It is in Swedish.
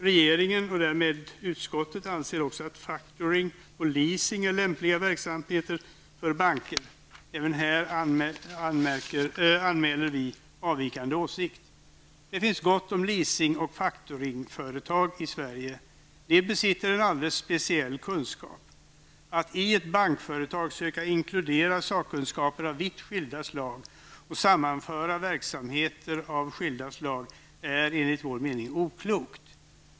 Regeringen och utskottet anser också att factoring och leasing är lämpliga verksamheter för bankerna. Även här anmäler vi avvikande åsikt. Det finns gott om leasing och factoringföretag i Sverige. De besitter en alldeles speciell kunskap. Att i ett bankföretag söka inkludera sakkunskaper av vitt skilda slag och sammanföra verksamheter av skilda slag är enligt vår mening oklokt.